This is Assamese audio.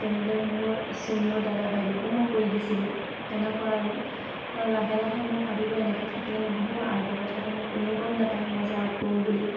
তেনেদৰে মোৰ চিনিয়ৰ দাদা বাইদেউকো মই কৰি দিছিলোঁ তেনেকুৱা আৰু আৰু লাহে লাহে মই ভাবিলোঁ এনেকৈ থাকিলে নহ'ব আৰ্টৰ কথাটো মোৰ কোনেও গম নাপাই মই যে আৰ্ট কৰোঁ বুলি